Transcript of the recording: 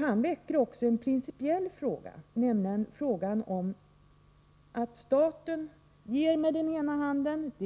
Han väcker en principiell fråga huruvida det är så att staten ger med den ena handen —